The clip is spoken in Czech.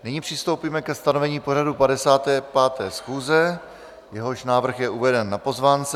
Nyní přistoupíme ke stanovení pořadu 55. schůze, jehož návrh je uveden na pozvánce.